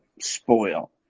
spoil